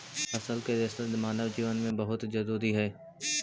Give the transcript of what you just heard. फल के रेसा मानव जीवन में बहुत जरूरी हई